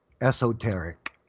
esoteric